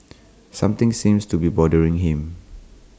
something seems to be bothering him